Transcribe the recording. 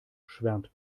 schwärmt